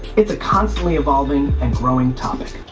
it's a constantly evolving and growing topic.